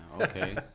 okay